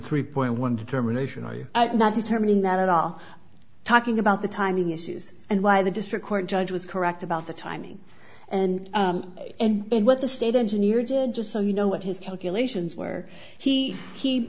three point one determination i am not determining that at all talking about the timing issues and why the district court judge was correct about the timing and and what the state engineer did just so you know what his calculations were he he